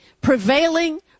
Prevailing